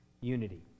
unity